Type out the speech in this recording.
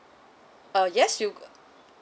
uh yes you err